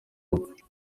rupfu